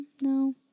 no